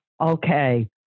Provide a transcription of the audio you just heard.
okay